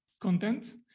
content